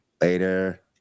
Later